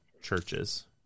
churches